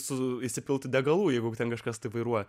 su įsipilti degalų jeigu ten kažkas taip vairuoti